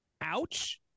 ouch